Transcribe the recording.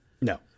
No